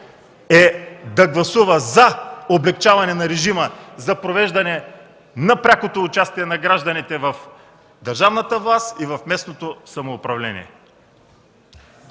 да гласува „за” облекчаването на режима за провеждане на прякото участие на гражданите в държавната власт и в местното самоуправление.